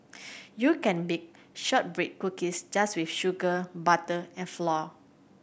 you can bake shortbread cookies just with sugar butter and flour